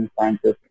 scientists